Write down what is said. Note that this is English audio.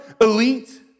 elite